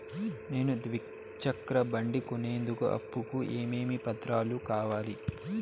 నేను ద్విచక్ర బండి కొనేందుకు అప్పు కు ఏమేమి పత్రాలు కావాలి?